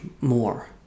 more